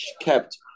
kept